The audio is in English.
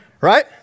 Right